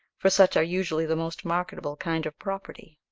for such are usually the most marketable kind of property.